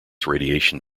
radiation